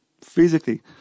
physically